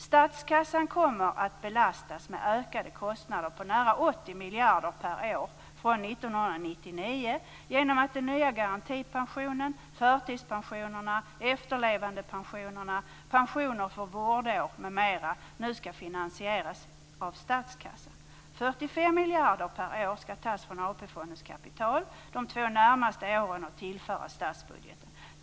Statskassan kommer att belastas med ökade kostnader om nära 80 miljarder per år från 1999 genom att den nya garantipensionen, förtidspensionerna, efterlevandepensionerna, pensioner för vårdår, m.m. nu skall finansieras av statskassan. 45 miljarder per år skall tas från AP-fondens kapital de två närmaste åren och tillföras statsbudgeten.